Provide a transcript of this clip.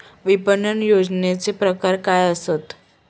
विपणन नियोजनाचे प्रकार काय आसत?